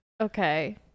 Okay